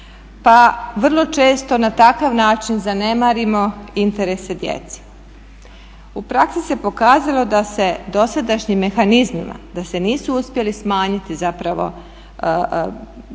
pa vrlo često na takav način zanemarimo interese djece. U praksi se pokazalo da se dosadašnjim mehanizmima da se nisu uspjeli smanjiti zapravo odnosno